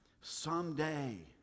Someday